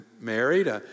married